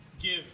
give